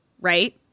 right